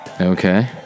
okay